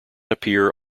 appear